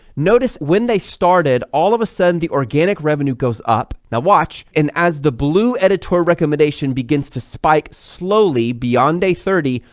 notice when they started all of a sudden the organic revenue goes up now watch and as the blue editorial recommendation begins to spike slowly beyond a thirty,